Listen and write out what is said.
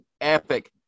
epic